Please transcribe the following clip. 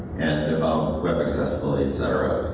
and about web accessibility, etc.